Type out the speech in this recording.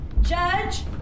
judge